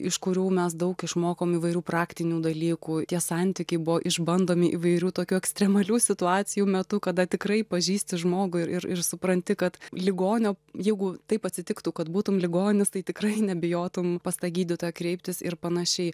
iš kurių mes daug išmokom įvairių praktinių dalykų tie santykiai buvo išbandomi įvairių tokių ekstremalių situacijų metu kada tikrai pažįsti žmogų ir ir supranti kad ligonio jeigu taip atsitiktų kad būtum ligonis tai tikrai nebijotum pas tą gydytoją kreiptis ir panašiai